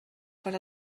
per